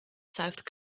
south